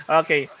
okay